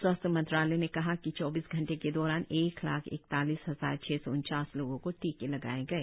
स्वास्थ्य मंत्रालय ने कहा है कि चौबीस घंटे के दौरान एक लाख इकतीस हजार छह सौ उनचास लोगों को टीके लगाए गए